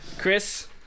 Chris